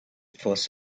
fuss